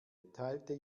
teilte